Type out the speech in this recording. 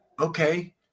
Okay